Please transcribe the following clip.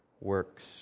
works